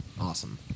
Awesome